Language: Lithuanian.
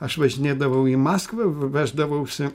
aš važinėdavau į maskvą vi veždavausi